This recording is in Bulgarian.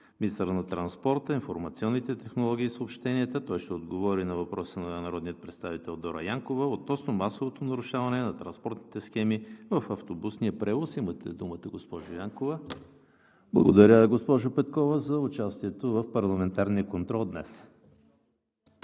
министър на транспорта, информационните технологии и съобщенията. Той ще отговори на въпрос на народния представител Дора Янкова относно масовото нарушаване на транспортните схеми в автобусния превоз. Имате думата, госпожо Янкова. Благодаря, госпожо Петкова, за участието в парламентарния контрол днес.